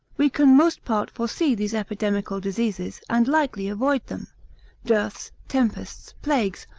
we can most part foresee these epidemical diseases, and likely avoid them dearths, tempests, plagues,